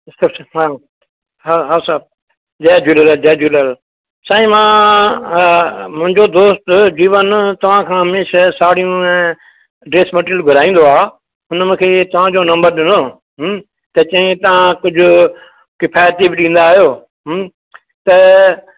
ॿियो सभु सुठो आहे हा हा सभु जय झूलेलाल जय झूलेलाल साईं मां मुंहिंजो दोस्त जीवन तव्हां खां हमेशा साड़ियूं ऐं ड्रैस मटीरियल घुराईंदो आहे हुन मूंखे तव्हांजो नंबर ॾिनो त चयाई तव्हां कुझु किफ़ाइती बि ॾींदा आहियो त